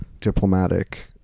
diplomatic